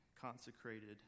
consecrated